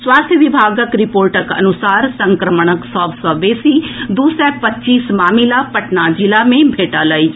स्वास्थ्य विभागक रिपोर्टक अनुसार संक्रमणक सभ सँ बेसी दू सय पच्चीस मामिला पटना जिला मे भेटल अछि